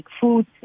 food